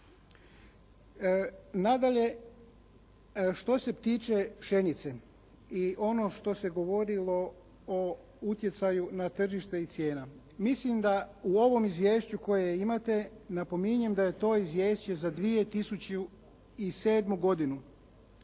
Nadalje, što se tiče pšenice i ono što se govorilo o utjecaju na tržište i cijene mislim da u ovom izvješću koje imate napominjem da je to izvješće za 2007. godinu.